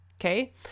Okay